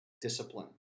discipline